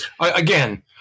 again